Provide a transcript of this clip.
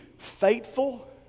faithful